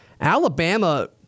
Alabama